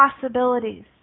possibilities